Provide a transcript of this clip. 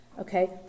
okay